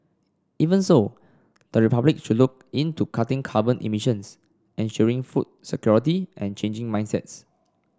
even so the republic should look into cutting carbon emissions ensuring food security and changing mindsets